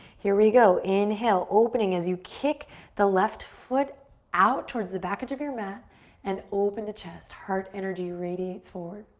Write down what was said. here we go. inhale, opening as you kick the left foot out towards the back edge of your mat and open the chest, heart energy radiates forward.